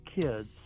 kids